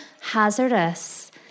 hazardous